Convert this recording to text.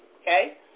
okay